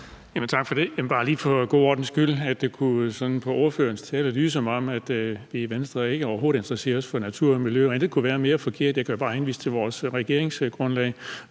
Tak for det. Det kunne i ordførerens tale lyde, som om vi i Venstre overhovedet ikke interesserer os for natur og miljø, og intet kunne være mere forkert. Jeg kan jo bare henvise til vores regeringsgrundlag,